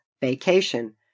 vacation